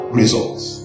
results